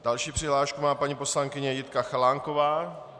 Další přihlášku má paní poslankyně Jitka Chalánková.